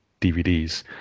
DVDs